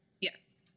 Yes